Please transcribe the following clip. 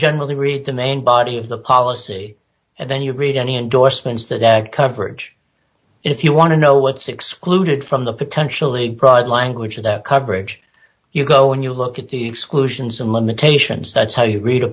generally read the main body of the policy and then you read any endorsements that that coverage if you want to know what's excluded from the potentially broad language of that coverage you go when you look at the exclusions and limitations that's how you read a